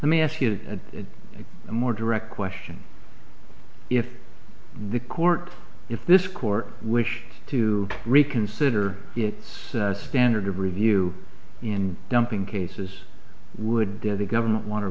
let me ask you a more direct question if the court if this court wish to reconsider its standard of review in dumping cases would the government want